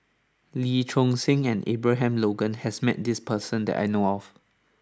Lee Choon Seng and Abraham Logan has met this person that I know of